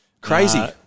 Crazy